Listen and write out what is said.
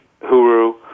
Huru